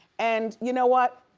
and you know what?